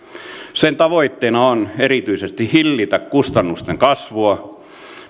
sen tavoitteena on erityisesti hillitä kustannusten kasvua